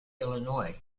illinois